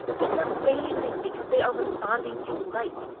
that's amazing, because they are responding to light.